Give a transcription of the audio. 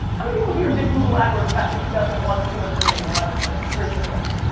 i mean people here and did google adwords back in two thousand and one, two, and three, when i was doing them, just raise your hands.